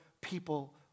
people